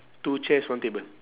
two chairs one table